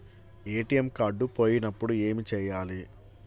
ATM card పోయినప్పుడు ఏమి చేయాలి?